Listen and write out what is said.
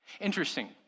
Interesting